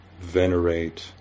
venerate